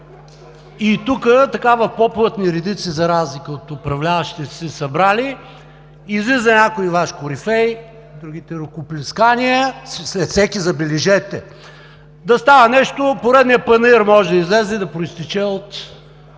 Тук, така в по-плътни редици, за разлика от управляващите, са се събрали, излиза някой Ваш корифей, другите рукоплескания след всеки, забележете. Да става нещо, поредният панаир може да излезе, да произтече от